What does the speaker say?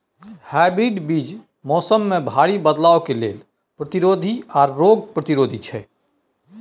hybrid बीज मौसम में भारी बदलाव के लेल प्रतिरोधी आर रोग प्रतिरोधी छै